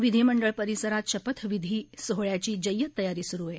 विधिमंडळ परिसरांत शपथविधी सोहळ्याची जय्यत तयारी सुरू आहे